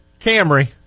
Camry